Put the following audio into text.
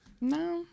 No